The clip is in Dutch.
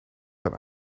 kan